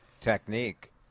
technique